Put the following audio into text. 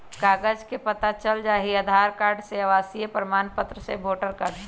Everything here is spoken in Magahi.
कागज से पता चल जाहई, आधार कार्ड से, आवासीय प्रमाण पत्र से, वोटर कार्ड से?